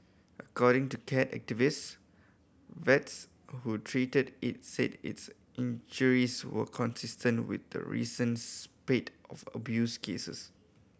according to cat activists vets who treated it said its injuries were consistent with the recent spate of abuse cases